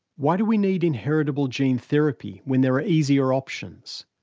why do we need inheritable gene therapy when there are easier options?